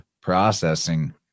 processing